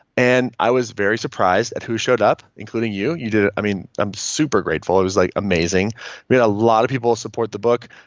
and i was very surprised at who showed up, including you, you did it. i mean, i'm super grateful. it was like amazing we had a lot of people support the book,